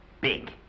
big